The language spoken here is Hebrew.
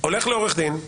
הולך לעורך דין,